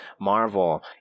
Marvel